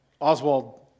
Oswald